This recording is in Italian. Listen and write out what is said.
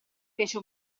fece